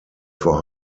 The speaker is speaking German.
vor